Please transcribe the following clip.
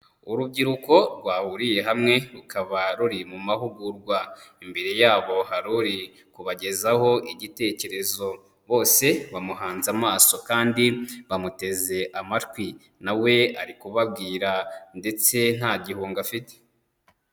Urubyiruko rwahuriye hamwe rukaba ruri mu mahugurwa, imbere yabo hari uri kubagezaho igitekerezo bose bamuhanze amaso kandi bamuteze amatwi, nawe ari kubabwira ndetse nta gihunga afite.